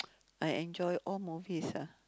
I enjoy all movies ah